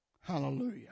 Hallelujah